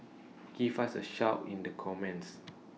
give us A shout in the comments